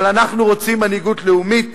אבל אנחנו רוצים מנהיגות לאומית